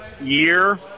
year